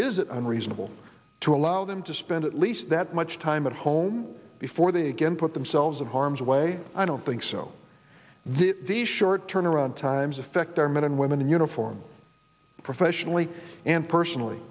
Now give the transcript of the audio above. it unreasonable to allow them to spend at least that much time at home before they again put themselves in harm's way i don't think so the the short turnaround times affect our men and women in uniform professionally and personally